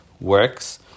works